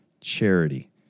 Charity